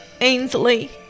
Ainsley